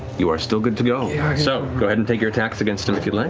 you are still good to go. so go ahead and take your attacks against him if you'd like